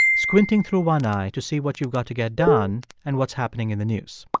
squinting through one eye to see what you've got to get done and what's happening in the news.